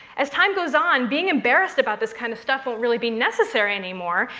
as time goes on, being embarrassed about this kind of stuff won't really be necessary anymore,